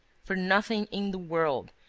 for nothing in the world,